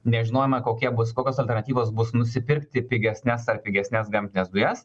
nežinojome kokie bus kokios alternatyvos bus nusipirkti pigesnes ar pigesnes gamtines dujas